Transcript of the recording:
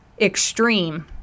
extreme